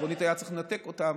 שעקרונית היה צריך לנתק אותן.